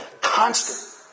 Constant